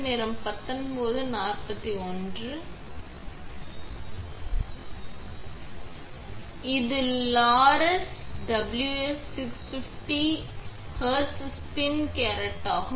இது Laurel WS 650 HZ spin கோரேட்டாகும்